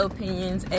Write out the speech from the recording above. Opinions